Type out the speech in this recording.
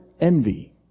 envy